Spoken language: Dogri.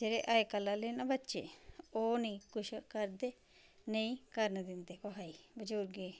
जेह्ड़े अज्जकल आहले न बच्चे ओह नेईं कुछ करदे नेईं करन दिंदे कुसै गी बजुर्गे गी